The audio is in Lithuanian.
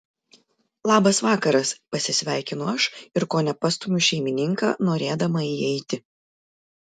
labas vakaras pasisveikinu aš ir kone pastumiu šeimininką norėdama įeiti